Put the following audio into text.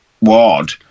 ward